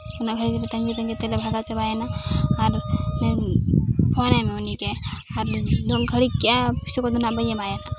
ᱩᱱᱟᱹᱜ ᱜᱷᱟᱲᱤᱡ ᱛᱟᱺᱜᱤᱼᱛᱟᱺᱜᱤ ᱛᱮᱞᱮ ᱵᱷᱟᱜᱟᱣ ᱪᱟᱵᱟᱭᱮᱱᱟ ᱟᱨ ᱯᱷᱳᱱ ᱯᱷᱳᱱᱟᱭᱢᱮ ᱩᱱᱤᱜᱮ ᱟᱨ ᱜᱷᱟᱹᱲᱤᱠ ᱠᱮᱜᱼᱟ ᱯᱩᱭᱥᱟᱹ ᱠᱚᱫᱚ ᱱᱟᱜ ᱵᱟᱹᱧ ᱮᱢᱟᱭᱟ